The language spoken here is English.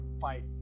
fight